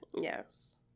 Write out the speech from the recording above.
Yes